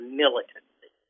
militancy